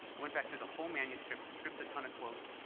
i went back through the whole manuscript, stripped a ton of quotes,